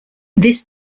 this